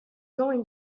going